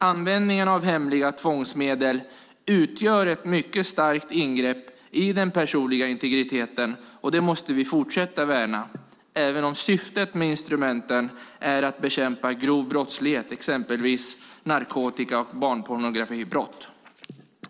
Användningen av hemliga tvångsmedel utgör ett mycket starkt ingrepp i den personliga integriteten, och den måste vi fortsätta att värna även om syftet med instrumenten är att bekämpa grov brottslighet, exempelvis narkotika och barnpornografibrott.